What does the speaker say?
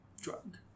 drug